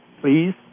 please